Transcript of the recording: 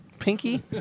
Pinky